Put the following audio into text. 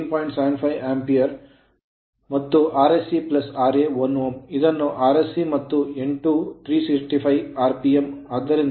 75 Ampere ampere ಮತ್ತು Rse ra 1Ω ಇದನ್ನು Rse ಮತ್ತು n2 375 rpm ಆರ್ ಪಿಎಂ ಆದ್ದರಿಂದ Eb2 V 18